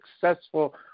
successful